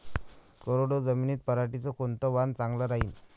कोरडवाहू जमीनीत पऱ्हाटीचं कोनतं वान चांगलं रायीन?